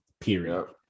period